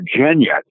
Virginia